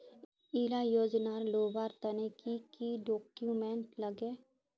इला योजनार लुबार तने की की डॉक्यूमेंट लगे?